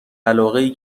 علاقهای